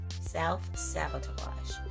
Self-sabotage